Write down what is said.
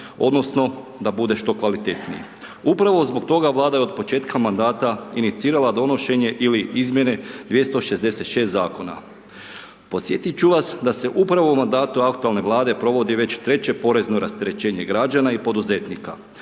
odnosno da bude što kvalitetniji. Upravo zbog toga Vlada je od početka mandata inicirala donošenje ili izmjene 266 Zakona. Posjetiti ću vas da se upravo u mandatu aktualne Vlade provodi već treće porezno rasterećenje građana i poduzetnika.